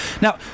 Now